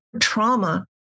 trauma